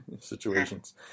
situations